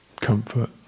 comfort